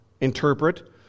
interpret